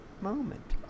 moment